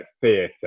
theatre